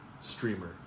streamer